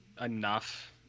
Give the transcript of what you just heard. enough